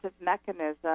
mechanism